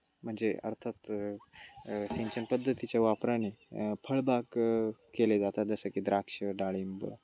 म्हणजे अर्थात सिंचन पद्धतीच्या वापराने फळबाग केले जातात जसं की द्राक्ष डाळिंब